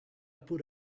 put